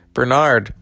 Bernard